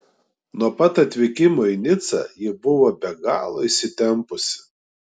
nuo pat atvykimo į nicą ji buvo be galo įsitempusi